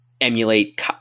emulate